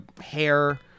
hair